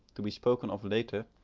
to be spoken of later,